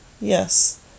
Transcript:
yes